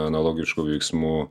analogiškų veiksmų